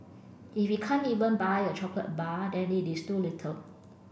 if he can't even buy a chocolate bar then it is too little